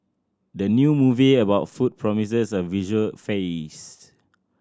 the new movie about food promises a visual feast